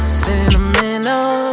sentimental